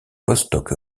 vostok